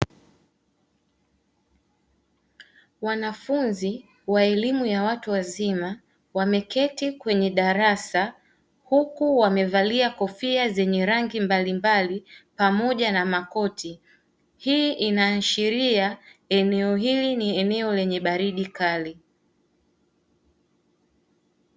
Wanafunzi wa elimu ya watu wazima wameketi kwenye darasa, huku wamevalia kofia zenye rangi mbalimbali pamoja na makoti. Hii inaashiria eneo hili ni eneo lenye baridi kali.